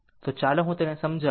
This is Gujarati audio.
તો ચાલો હું તેને સમજાવું